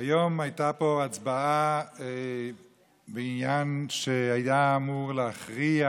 היום הייתה פה הצבעה בעניין שהיה אמור להכריע